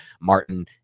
Martin